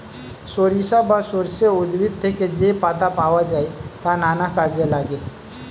সরিষা বা সর্ষে উদ্ভিদ থেকে যে পাতা পাওয়া যায় তা নানা কাজে লাগে